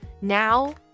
Now